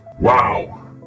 Wow